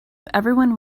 everyone